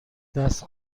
دست